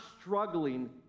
struggling